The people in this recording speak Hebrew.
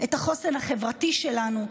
את החוסן החברתי שלנו,